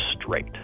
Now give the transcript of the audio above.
straight